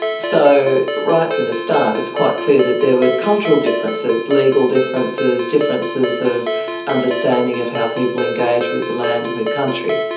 so right from the start it's quite clear that there were cultural differences, legal differences, differences of understanding of how people engage with the land and with country.